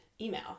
email